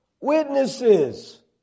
Witnesses